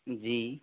जी